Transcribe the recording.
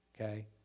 Okay